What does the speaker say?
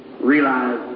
realize